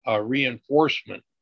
reinforcement